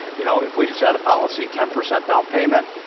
you know, if we just had a policy ten percent down payment,